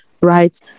right